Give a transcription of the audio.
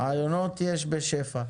רעיונות יש בשפע.